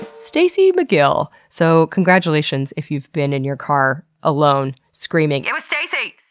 ah stacy mcgill! so, congratulations if you've been in your car, alone, screaming, it was stacy!